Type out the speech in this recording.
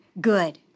good